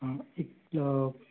ఇంట్లో